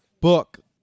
book